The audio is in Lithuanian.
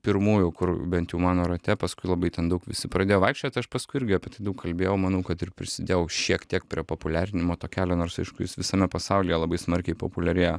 pirmųjų kur bent jau mano rate paskui labai ten daug visi pradėjo vaikščiot aš paskui irgi apie tai daug kalbėjau manau kad ir prisidėjau šiek tiek prie populiarinimo to kelio nors aišku jis visame pasaulyje labai smarkiai populiarėja